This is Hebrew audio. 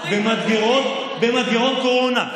במדגרות קורונה.